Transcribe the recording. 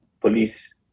police